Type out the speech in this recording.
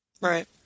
right